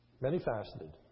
Many-faceted